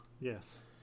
Yes